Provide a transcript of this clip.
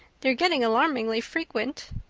they're getting alarmingly frequent.